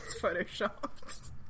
photoshopped